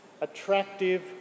attractive